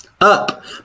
Up